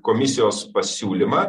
komisijos pasiūlymą